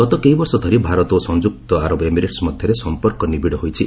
ଗତ କେଇବର୍ଷ ଧରି ଭାରତ ଓ ସଂଯୁକ୍ତ ଆରବ ଏମିରେଟ୍ ମଧ୍ୟରେ ସମ୍ପର୍କ ନିବିଡ଼ ହୋଇଛି